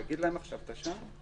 תגיד להם עכשיו את השעה.